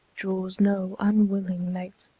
draws no unwilling mate.